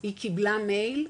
היא קיבלה מייל,